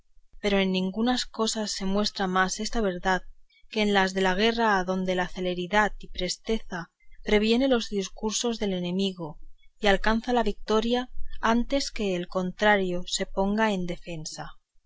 pero en ningunas cosas se muestra más esta verdad que en las de la guerra adonde la celeridad y presteza previene los discursos del enemigo y alcanza la vitoria antes que el contrario se ponga en defensa